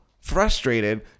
frustrated